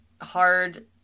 hard